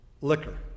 liquor